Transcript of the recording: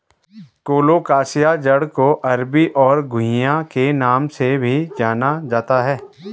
colocasia जड़ को अरबी और घुइआ के नाम से भी जाना जाता है